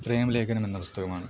പ്രേമലേഖനം എന്ന പുസ്തകമാണ്